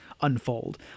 unfold